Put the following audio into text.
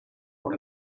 por